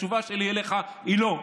התשובה שלי אליך היא: לא.